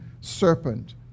serpent